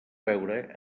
veure